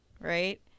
right